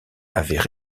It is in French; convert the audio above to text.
avaient